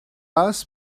ask